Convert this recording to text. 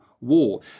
War